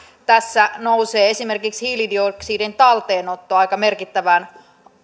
tässä nousee esimerkiksi hiilidioksidin talteenotto aika merkittävään